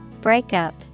Breakup